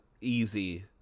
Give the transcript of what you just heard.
easy